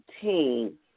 team